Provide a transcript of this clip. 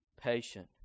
patient